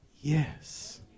yes